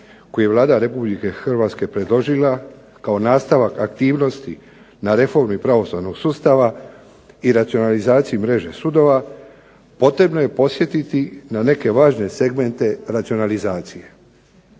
koji je Vlada Republike Hrvatske predložila kao nastavak aktivnosti na reformi pravosudnog sustava i racionalizaciji mreže sudova potrebno je podsjetiti na neke važne segmente racionalizacije.